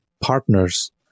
partners